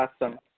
Awesome